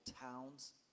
towns